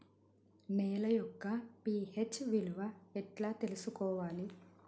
నేల యొక్క పి.హెచ్ విలువ ఎట్లా తెలుసుకోవాలి?